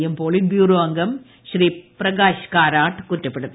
M politburo അംഗം പ്രകാശ് കാരാട്ട് കുറ്റപ്പെടുത്തി